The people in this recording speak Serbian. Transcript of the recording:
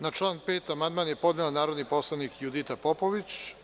Na član 5. amandman je podnela narodni poslanik Judita Popović.